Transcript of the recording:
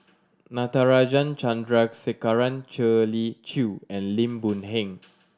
Natarajan Chandrasekaran Shirley Chew and Lim Boon Heng